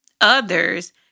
others